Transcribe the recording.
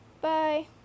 bye